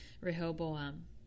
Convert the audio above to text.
Rehoboam